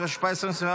התשפ"ה 2024,